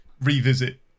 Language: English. revisit